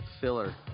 Filler